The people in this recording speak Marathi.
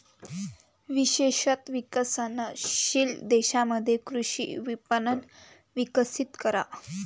विशेषत विकसनशील देशांमध्ये कृषी विपणन विकसित करा